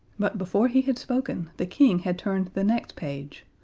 but before he had spoken, the king had turned the next page,